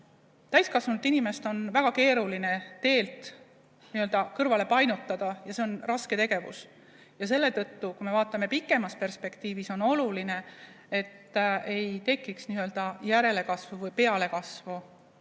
Täiskasvanud inimest on väga keeruline teelt kõrvale painutada, see on raske tegevus. Ja selle tõttu, kui me vaatame pikemas perspektiivis, on oluline, et ei tekiks n-ö järelkasvu või pealekasvu